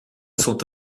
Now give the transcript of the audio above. sont